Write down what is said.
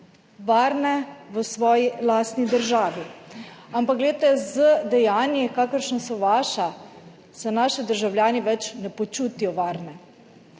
varne v svoji lastni državi, ampak glejte, z dejanji, kakršna so vaša, se naši državljani več ne počutijo varne.